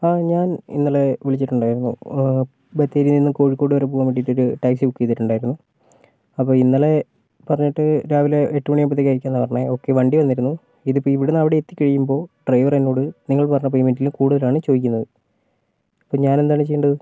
ആ ഞാൻ ഇന്നലെ വിളിച്ചിട്ടുണ്ടായിരുന്നു ബത്തേരിയിൽ നിന്ന് കോഴിക്കോട് വരെ പോകാൻ വേണ്ടിയിട്ട് ഒരു ടാക്സി ബുക്ക് ചെയ്തിട്ടുണ്ടായിരുന്നു അപ്പോൾ ഇന്നലെ പറഞ്ഞിട്ട് രാവിലെ എട്ടു മണിയാവുമ്പോഴേക്കും അയക്കും എന്നാണ് പറഞ്ഞത് ഓക്കെ വണ്ടി വന്നിരുന്നു ഇതിപ്പോൾ ഇവിടെനിന്ന് അവിടെ എത്തി കഴിയുമ്പോൾ ഡ്രൈവർ എന്നോട് നിങ്ങൾ പറഞ്ഞ പെയ്മെൻ്റിലും കൂടുതലാണ് ചോദിക്കുന്നത് അപ്പോൾ ഞാൻ എന്താണ് ചെയ്യേണ്ടത്